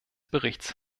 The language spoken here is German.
berichts